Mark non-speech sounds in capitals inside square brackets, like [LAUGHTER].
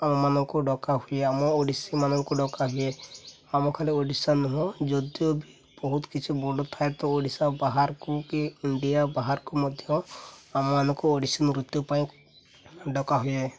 ଆମମାନଙ୍କୁ ଡକା ହୁଏ ଆମ ଓଡ଼ିଶୀମାନଙ୍କୁ ଡକା ହୁଏ ଆମ ଖାଲି ଓଡ଼ିଶା ନୁହଁ ଯଦିଓ ବି ବହୁତ କିଛି [UNINTELLIGIBLE] ଥାଏ ତ ଓଡ଼ିଶା ବାହାରକୁ କି ଇଣ୍ଡିଆ ବାହାରକୁ ମଧ୍ୟ ଆମମାନଙ୍କୁ ଓଡ଼ିଶୀ ନୃତ୍ୟ ପାଇଁ ଡକା ହୁଏ